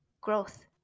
growth